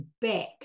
back